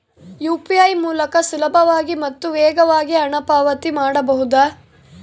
UPI ಮೂಲಕ ಸುಲಭವಾಗಿ ಮತ್ತು ವೇಗವಾಗಿ ಹಣ ಪಾವತಿ ಮಾಡಬಹುದಾ?